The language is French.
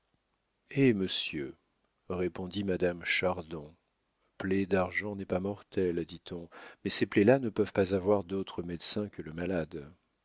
eh monsieur répondit madame chardon plaie d'argent n'est pas mortelle dit-on mais ces plaies là ne peuvent pas avoir d'autre médecin que le malade